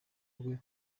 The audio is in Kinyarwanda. rwe